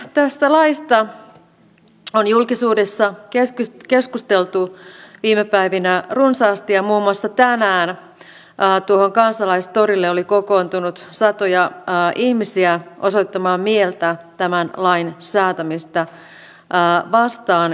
tästä laista on julkisuudessa keskustelu viime päivinä runsaasti ja muun muassa tänään tuohon kansalaistorille oli kokoontunut satoja ihmisiä osoittamaan mieltä tämän lain säätämistä vastaan